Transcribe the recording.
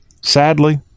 Sadly